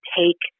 take